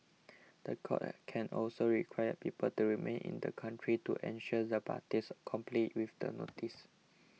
the court can also require people to remain in the country to ensure the parties comply with the notice